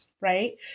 right